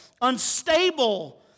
unstable